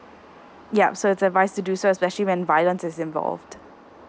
yup so it's advised to do so especially when violence is involved